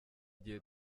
igihe